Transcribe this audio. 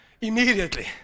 Immediately